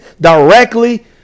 directly